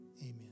amen